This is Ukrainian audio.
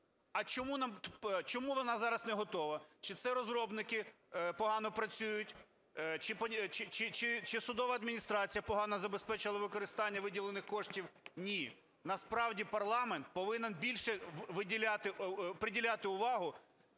Чому вона зараз не готова, чи це розробники погано працюють, чи судова адміністрація погано забезпечила використання виділених коштів? Ні. Насправді парламент повинен більше виділяти,